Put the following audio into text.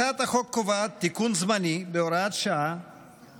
הצעת החוק קובעת תיקון זמני בהוראת שעה